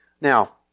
Now